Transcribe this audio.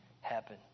happen